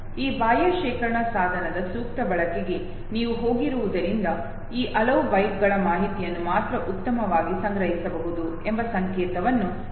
ಈ ಬಾಹ್ಯ ಶೇಖರಣಾ ಸಾಧನದ ಸೂಕ್ತ ಬಳಕೆಗೆ ನೀವು ಹೋಗಿರುವುದರಿಂದ ಈ ಹಲವು ಬೈಟ್ಗಳ ಮಾಹಿತಿಯನ್ನು ಮಾತ್ರ ಉತ್ತಮವಾಗಿ ಸಂಗ್ರಹಿಸಬಹುದು ಎಂಬ ಸಂಕೇತವನ್ನು ಇದು ನಿಮಗೆ ನೀಡಲು ಆರಂಭಿಸುತ್ತದೆ